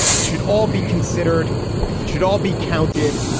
it should all be considered it should all be counted.